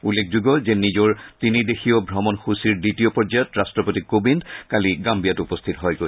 উল্লেখযোগ্য যে নিজৰ তিনি দেশীয় ভ্ৰমণসূচীৰ দ্বিতীয় পৰ্যায়ত ৰাষ্ট্ৰপতি কোবিন্দ কালি গান্থিয়াত উপস্থিত হয়গৈ